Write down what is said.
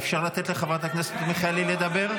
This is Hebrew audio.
אפשר לתת לחברת הכנסת מיכאלי לדבר?